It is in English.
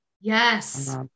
Yes